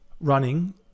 running